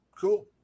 Cool